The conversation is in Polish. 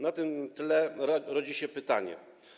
Na tym tle rodzi się pytanie.